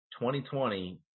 2020